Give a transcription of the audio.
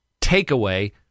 takeaway